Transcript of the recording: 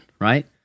right